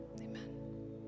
Amen